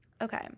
Okay